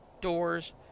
doors